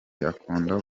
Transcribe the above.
akunda